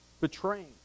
betraying